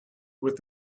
with